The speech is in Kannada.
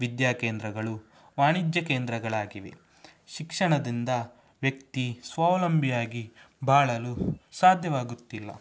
ವಿದ್ಯಾಕೇಂದ್ರಗಳು ವಾಣಿಜ್ಯ ಕೇಂದ್ರಗಳಾಗಿವೆ ಶಿಕ್ಷಣದಿಂದ ವ್ಯಕ್ತಿ ಸ್ವಾವಲಂಬಿಯಾಗಿ ಬಾಳಲು ಸಾಧ್ಯವಾಗುತ್ತಿಲ್ಲ